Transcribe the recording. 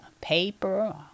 paper